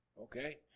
okay